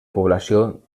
població